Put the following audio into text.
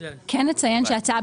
אציין שההצעה,